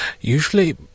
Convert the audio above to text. Usually